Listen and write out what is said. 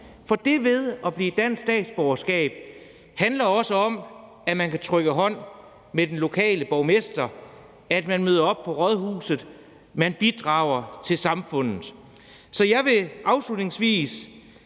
For det at få den statsborgerskab handler også om, at man kan trykke hånd med den lokale borgmester, at man møder op på rådhuset, og at man bidrager til samfundet. Jeg vil afslutningsvis